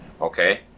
okay